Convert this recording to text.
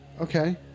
okay